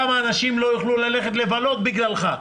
כמה אנשים לא יוכלו ללכת לבלות בגללך.